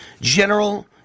General